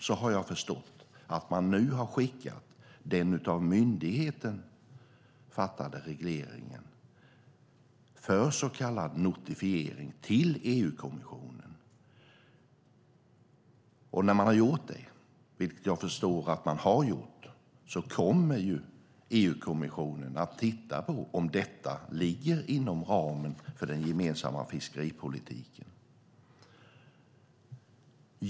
Jag har förstått att man trots detta nu har skickat den av myndigheten fattade regleringen för så kallad notifiering till EU-kommissionen, och EU-kommissionen kommer att titta på om detta ligger inom ramen för den gemensamma fiskeripolitiken.